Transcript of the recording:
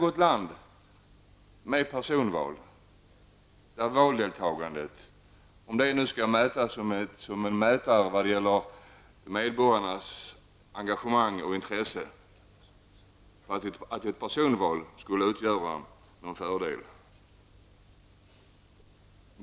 Om nu valdeltagande skall användas som en mätare när det gäller medborgarnas engagemang och intresse, går det inte att hitta något land där personval skulle vara någon fördel.